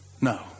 No